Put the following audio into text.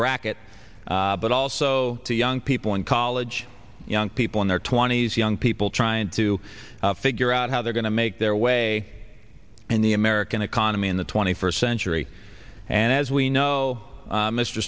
bracket but also to young people and college young people in their twenty's young people trying to figure out how they're going to make their way in the american economy in the twenty first century and as we know